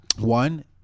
one